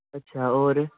अच्छा होर